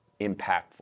impactful